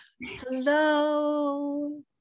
hello